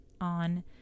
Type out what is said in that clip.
on